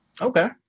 Okay